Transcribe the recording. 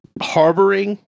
harboring